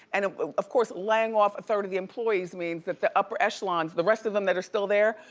and of course, laying off a third of the employees means that the upper echelons, the rest of them that are still there,